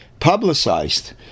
Publicized